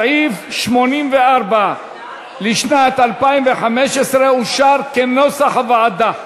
סעיף 84 לשנת 2015 אושר כנוסח הוועדה.